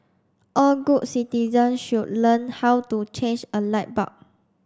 all good citizens should learn how to change a light bulb